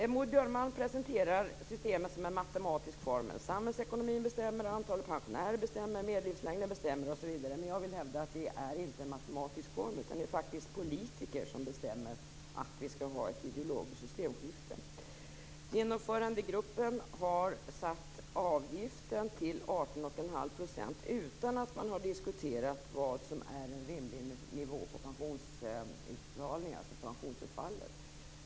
Maud Björnemalm presenterar förslaget som en matematisk formel. Samhällsekonomin bestämmer. Antalet pensionärer bestämmer. Medellivslängden bestämmer osv. Men jag vill hävda att det inte är en matematisk formel. Det är faktiskt politiker som bestämmer att vi skall ha ett ideologiskt systemskifte. Genomförandegruppen har satt avgiften till 18,5 % utan att man har diskuterat vad som är en rimlig nivå på pensionsutbetalningarna, alltså pensionsutfallet.